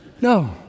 No